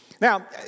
Now